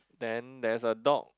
then there's a dog